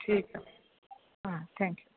ठीकु आहे हा थैंक्यू